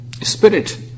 spirit